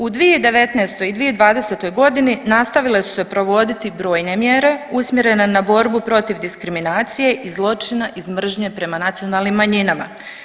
U 2019. i 2020. godini nastavile su se provoditi brojne mjere usmjerene na borbu protiv diskriminacije i zločina iz mržnje prema nacionalnim manjinama.